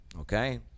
okay